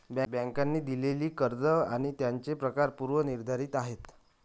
बँकांनी दिलेली कर्ज आणि त्यांचे प्रकार पूर्व निर्धारित आहेत